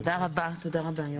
תודה רבה.